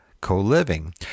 Co-living